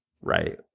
right